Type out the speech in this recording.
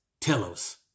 telos